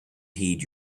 heed